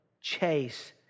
chase